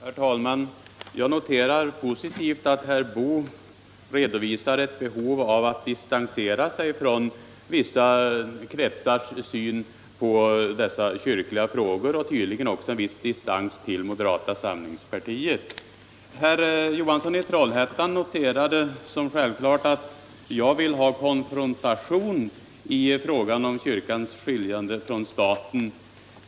Herr talman! Jag noterar såsom positivt att herr Boo redovisade ett behov av att distansera sig från vissa kretsars syn på dessa kyrkliga frågor. Tydligen vill han också ha en viss distans till moderata samlingspartiet. Herr Johansson i Trollhättan konstaterade som självklart att jag önskar en konfrontation i frågan om kyrkans skiljande från staten.